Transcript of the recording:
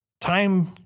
time